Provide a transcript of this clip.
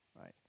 Right